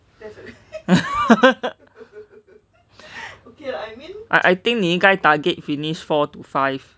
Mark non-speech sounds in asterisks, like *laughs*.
*laughs* I I think 你应该 target finish four to five